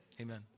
Amen